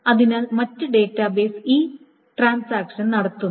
അതിനാൽ മറ്റ് ഡാറ്റാബേസ് ഈ ഇടപാട് നടത്തുന്നു